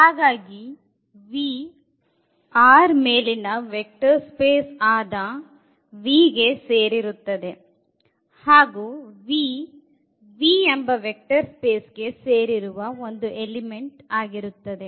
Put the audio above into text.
ಹಾಗಾಗಿ v R ಮೇಲಿನ vector space ಆದ V ಗೆ ಸೇರಿರುತ್ತದೆ ಹಾಗು v V ಎಂಬ ವೆಕ್ಟರ್ ಸ್ಪೇಸ್ ಗೆ ಸೇರಿರುವ ಒಂದು ಇವೆಂಟ್ ಆಗಿರುತ್ತದೆ